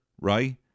right